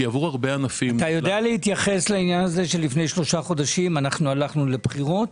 אתה יודע להתייחס לעניין הזה שלפני שלושה חודשים הלכנו לבחירות?